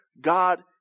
God